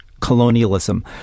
colonialism